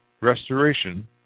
restoration